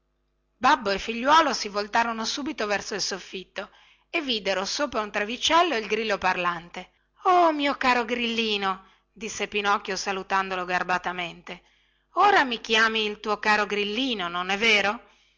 babbo e figliuolo si voltarono subito verso il soffitto e videro sopra un travicello il grillo parlante oh mio caro grillino disse pinocchio salutandolo garbatamente ora mi chiami il tuo caro grillino non è vero